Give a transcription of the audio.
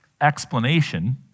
explanation